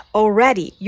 already